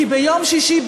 כי יום שישי,